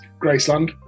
Graceland